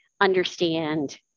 understand